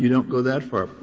don't go that far.